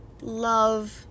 love